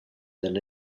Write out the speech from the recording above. than